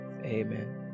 amen